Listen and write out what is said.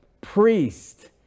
priest